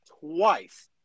twice